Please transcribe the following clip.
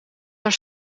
haar